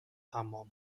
حمام